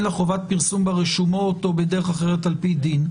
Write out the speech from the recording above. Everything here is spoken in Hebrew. לה חובת פרסום ברשומות או בדרך אחרת על פי דין.